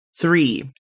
Three